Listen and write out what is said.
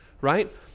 right